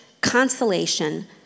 consolation